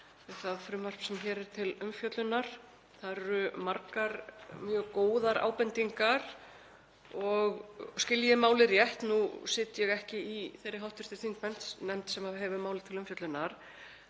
um það frumvarp sem hér er til umfjöllunar. Það eru margar mjög góðar ábendingar og skilji ég málið rétt, nú sit ég ekki í þeirri hv. þingnefnd sem hefur málið til umfjöllunar,